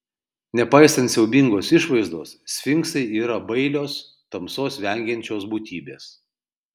nepaisant siaubingos išvaizdos sfinksai yra bailios tamsos vengiančios būtybės